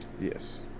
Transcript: Yes